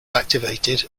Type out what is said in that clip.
activated